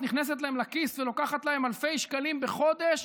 נכנסת להם לכיס ולוקחת להן אלפי שקלים בחודש,